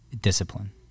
Discipline